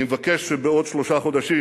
אני מבקש שבעוד שלושה חודשים